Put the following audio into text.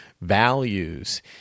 values